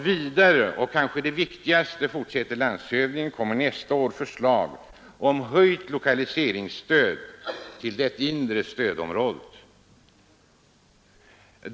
Vidare — och kanske det viktigaste — kommer nästa år förslag om höjt lokaliseringsstöd till det inre stödområdet.